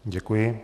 Děkuji.